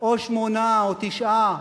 או שמונה או תשעה